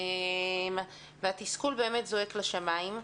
התסכול באמת זועק לשמיים.